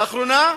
לאחרונה,